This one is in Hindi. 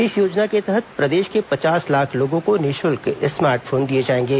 इस योजना के तहत प्रदेश के पचास लाख लोगों को निःशुल्क स्मार्ट फोन दिए जाएंगे